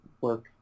work